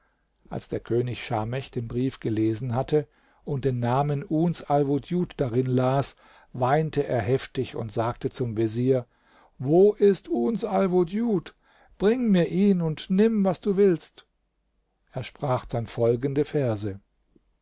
als der könig schamech den brief gelesen hatte und den namen uns alwudjud darin las weinte er heftig und sagte zum vezier wo ist uns alwudjud bring mir ihn und nimm was du willst er sprach dann folgende verse